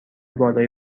بالای